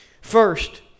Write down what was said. First